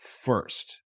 first